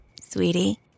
Sweetie